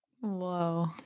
Whoa